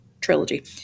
trilogy